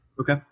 Okay